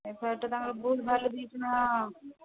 ଏପଟେ ତାଙ୍କର ଭୁଲଭାଲ